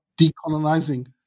decolonizing